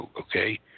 okay